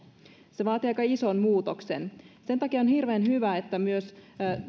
se vaatii aika ison muutoksen sen takia on hirveän hyvä että myös